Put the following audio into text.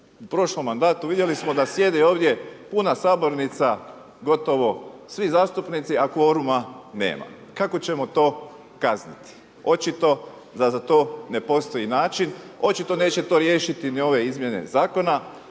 U prošlom mandatu vidjeli smo da sjede ovdje puna sabornica, gotovo svi zastupnici a kvoruma nema. Kako ćemo to kazniti? Očito da za to ne postoji način. Očito neće to riješiti ni ove izmjene zakona,